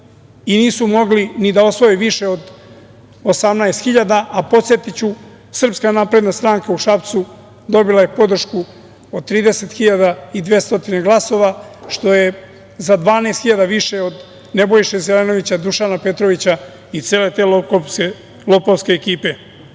i nisu mogli ni da osvoje više od 18.000, a podsetiću, SNS je u Šapcu dobila podršku od 30.200 glasova, što je za 12.000 više od Nebojše Zelenovića, Dušana Petrovića i cele te lopovske